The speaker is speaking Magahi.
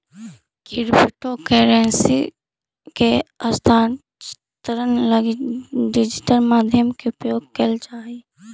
क्रिप्टो करेंसी के हस्तांतरण लगी डिजिटल माध्यम के उपयोग कैल जा हइ